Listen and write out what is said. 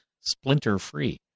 splinter-free